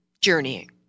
journeying